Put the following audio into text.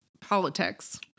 politics